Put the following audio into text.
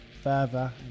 further